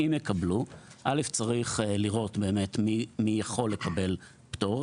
צריך לראות מי יכול לקבל פטור,